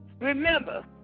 remember